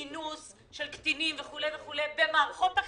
אינוס של קטינים וכו' במערכות החינוך.